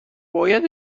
باید